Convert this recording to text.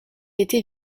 été